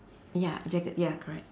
ya jagged ya correct